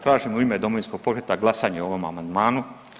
Tražim u ime Domovinskog pokreta glasanje o ovom amandmanu.